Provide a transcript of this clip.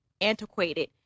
antiquated